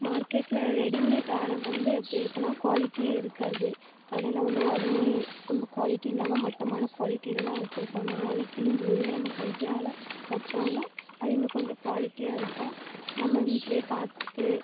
மார்க்கெட்டில் ரெடிமேட் ஆடை வந்து எப்படி இருக்கும்னால் குவாலிட்டியே இருக்காது கடையில் வந்து உடனே ரொம்ப குவாலிட்டி இல்லாமல் மட்டமான குவாலிட்டியில் தான் வச்சுருப்பாங்க அதனால் உடனே கிழிஞ்சிரும் இதுவே நம்ம கையால் தச்சோம்னால் அது இன்னும் கொஞ்சம் குவாலிட்டியாக இருக்கும் நம்ம வீட்டில் பார்த்து